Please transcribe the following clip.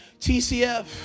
tcf